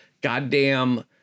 Goddamn